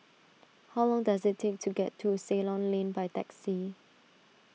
how long does it take to get to Ceylon Lane by taxi